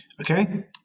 okay